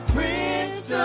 Prince